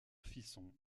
fisson